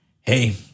Hey